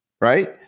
right